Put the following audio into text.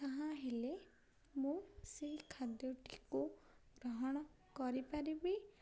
ତାହା ହେଲେ ମୁଁ ସେଇ ଖାଦ୍ୟଟିକୁ ଗ୍ରହଣ କରିପାରିବି